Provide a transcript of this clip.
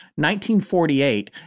1948